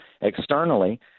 externally